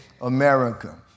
America